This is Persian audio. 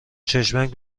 چشمک